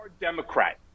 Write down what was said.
Democrat